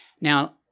Now